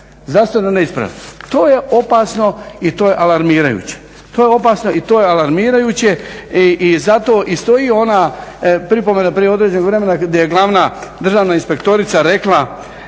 Zdravstveno neispravan. To je opasno i to je alarmirajuće. To je opasno i to je alarmirajuće. I zato i stoji onda pripomena prije određenog vremena gdje je glavna državna inspektorica rekla